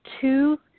two